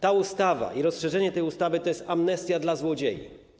Ta ustawa i rozszerzenie tej ustawy to jest amnestia dla złodziei.